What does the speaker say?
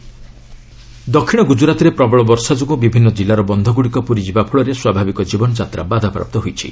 flood ଦକ୍ଷିଣ ଗୁଜରାତରେ ପ୍ରବଳ ବର୍ଷା ଯୋଗୁଁ ବିଭିନ୍ନ ଜିଲ୍ଲାର ବନ୍ଧଗୁଡ଼ିକ ପୂରିଯିବା ଫଳରେ ସ୍ୱାଭାବିକ ଜୀବନଯାତ୍ରା ବାଧାପ୍ରାପ୍ତ ହୋଇଛି